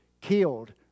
killed